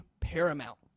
paramount